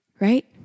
right